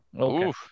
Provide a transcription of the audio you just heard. Okay